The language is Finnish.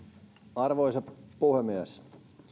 arvoisa puhemies